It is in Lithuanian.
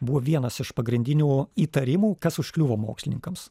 buvo vienas iš pagrindinių įtarimų kas užkliuvo mokslininkams